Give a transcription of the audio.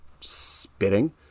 spitting